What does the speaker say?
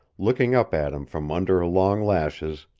looking up at him from under her long lashes,